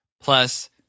Plus